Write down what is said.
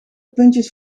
puntjes